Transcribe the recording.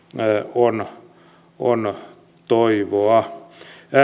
on on toivoa